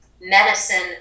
medicine